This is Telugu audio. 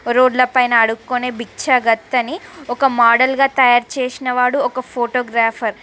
రోడ్ల పైన అడుక్కొనే బిచ్చగత్తని ఒక మోడల్గా తయారు చేసిన వాడు ఒక ఫోటోగ్రాఫర్